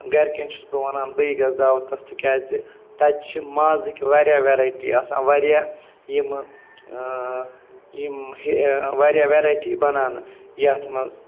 گَرِکٮ۪ن چھُس بہٕ وَنان بٕے گَژھٕ دعوتَس تِکیٛازِ تَتہِ چھِ مازٕکۍ واریاہ وٮ۪رایٹی آسان واریاہ یِمہٕ یِم واریاہ وٮ۪رایٹی بَناونہٕ یَتھ منٛز